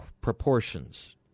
proportions